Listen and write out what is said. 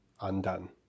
undone